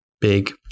big